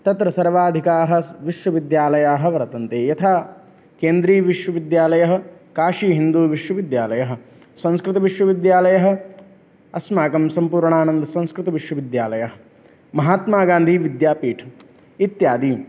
तत्र सर्वाधिकाः विश्वविद्यालयाः वर्तन्ते यथा केन्द्रियविश्वविद्यालयः काशीहिन्दुविश्वविद्यालयः संस्कृतविश्वविद्यालयः अस्माकं सम्पूर्णानन्दसंस्कृतविश्वविद्यालयः महात्मागान्धीविद्यापीठम् इत्यादि